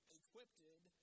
equipped